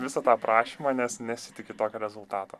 visą tą aprašymą nes nesitiki tokio rezultato